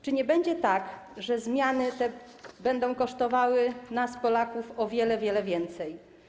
Czy nie będzie tak, że te zmiany będą kosztowały nas, Polaków, o wiele, wiele więcej?